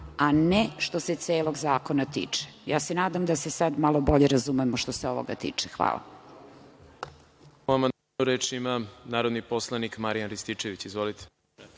a ne što se celog zakona tiče. Nadam se da se sad malo bolje razumemo što se ovoga tiče. Hvala.